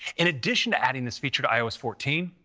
in addition to adding this feature to ios fourteen,